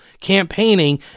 campaigning